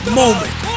moment